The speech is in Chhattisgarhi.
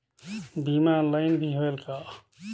बीमा ऑनलाइन भी होयल का?